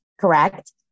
Correct